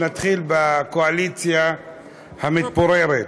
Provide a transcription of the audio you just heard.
להתחיל בקואליציה המתפוררת.